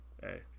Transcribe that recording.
Hey